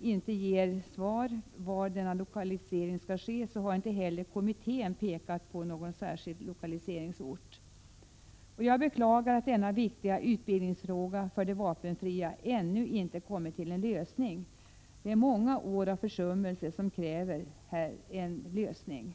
inte ger svar på var lokaliseringen skall ske, så har inte heller kommittén pekat på någon särskild lokaliseringsort. Jag beklagar att denna viktiga utbildningsfråga för de vapenfria ännu inte nått fram till en lösning. Efter många års försummelse krävs en lösning.